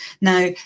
Now